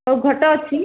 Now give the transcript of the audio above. ଆଉ ଘଟ ଅଛି